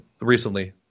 recently